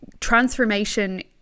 transformation